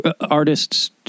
artists